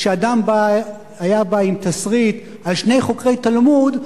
כשאדם היה בא עם תסריט על שני חוקרי תלמוד,